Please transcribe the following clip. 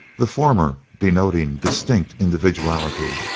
the former denoting distinct individuality,